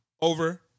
Over